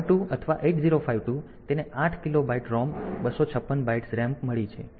8952 અથવા 8052 તેને 8 kilobyte ROM 256 bytes RAM મળી છે